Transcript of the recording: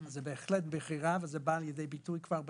זאת בהחלט בחירה, וזה בא לידי ביטוי כבר בהמשך.